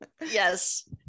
yes